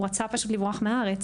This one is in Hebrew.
הוא רצה פשוט לברוח מהארץ,